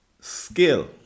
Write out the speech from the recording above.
skill